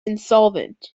insolvent